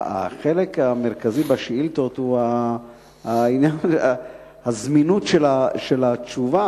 החלק המרכזי בשאילתות הוא הזמינות של התשובה,